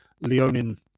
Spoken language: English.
Leonin